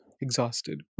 exhausted